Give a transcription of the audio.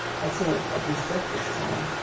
i'd say at least breakfast time,